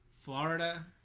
Florida